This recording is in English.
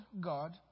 God